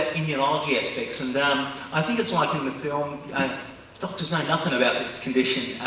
immunology aspects, and i think it's like in the film, and doctors know nothing about this condition.